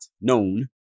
known